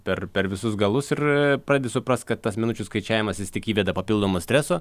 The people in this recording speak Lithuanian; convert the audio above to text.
per per visus galus ir pradedi suprast kad tas minučių skaičiavimas jis tik įveda papildomo streso